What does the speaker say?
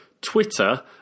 Twitter